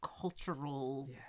cultural